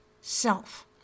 self